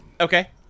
Okay